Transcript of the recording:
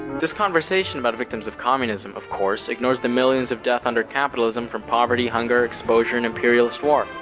this conversation about victims of communism, of course, ignores the millions of death under capitalism from poverty, hunger, exposure, and imperialist war.